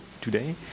today